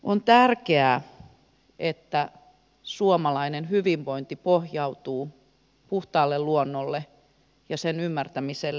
on tärkeää että suomalainen hyvinvointi pohjautuu puhtaalle luonnolle ja sen ymmärtämiselle